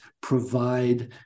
provide